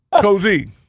Cozy